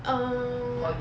um